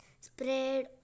spread